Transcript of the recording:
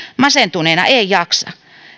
masentuneena ei jaksa